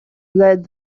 led